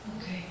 Okay